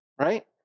Right